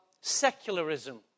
secularism